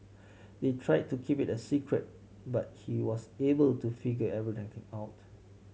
they tried to keep it a secret but he was able to figure everything out